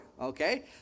okay